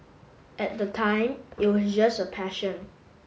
at the time it was just a passion